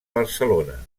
barcelona